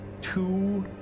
two